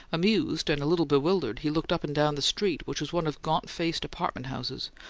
amused and a little bewildered, he looked up and down the street, which was one of gaunt-faced apartment-houses,